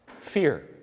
fear